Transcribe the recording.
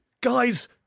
Guys